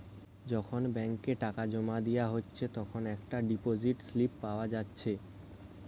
যখন ব্যাংকে টাকা জোমা দিয়া হচ্ছে তখন একটা ডিপোসিট স্লিপ পাওয়া যাচ্ছে